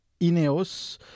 Ineos